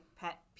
pet